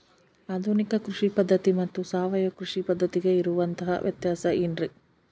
ಆಧುನಿಕ ಕೃಷಿ ಪದ್ಧತಿ ಮತ್ತು ಸಾವಯವ ಕೃಷಿ ಪದ್ಧತಿಗೆ ಇರುವಂತಂಹ ವ್ಯತ್ಯಾಸ ಏನ್ರಿ?